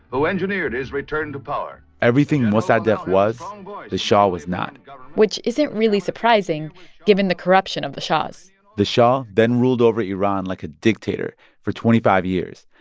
who engineered his return to power everything mossadegh was um the shah was not which isn't really surprising given the corruption of the shahs the shah then ruled over iran like a dictator for twenty five years.